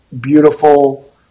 beautiful